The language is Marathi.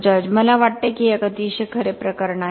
जॉर्ज मला वाटते की हे एक अतिशय खरे प्रकरण आहे